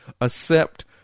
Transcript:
accept